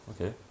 okay